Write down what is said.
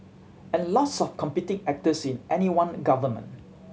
and lots of competing actors in any one government